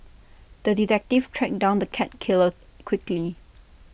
the detective tracked down the cat killer quickly